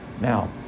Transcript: Now